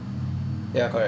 ya correct